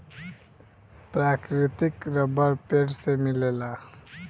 प्राकृतिक रबर पेड़ से मिलेला